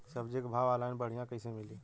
सब्जी के भाव ऑनलाइन बढ़ियां कइसे मिली?